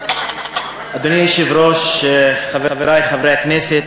אדוני היושב-ראש, חברי חברי הכנסת,